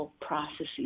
processes